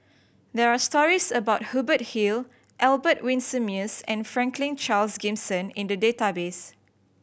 there are stories about Hubert Hill Albert Winsemius and Franklin Charles Gimson in the database